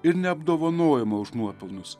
ir ne apdovanojimą už nuopelnus